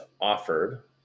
offered